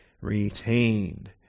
retained